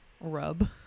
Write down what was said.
Rub